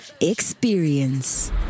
Experience